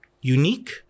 unique